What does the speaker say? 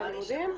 על הלימודים?